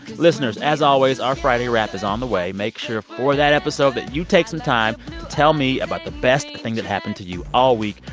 listeners, as always, our friday wrap is on the way. make sure for that episode that you take some time to tell me about the best thing that happened to you all week.